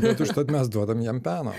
bet užtat mes duodam jiem peno